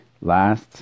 Last